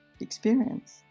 experience